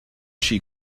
she